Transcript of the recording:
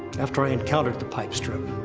after i encountered the pipe strip,